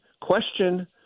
question